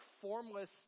formless